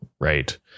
right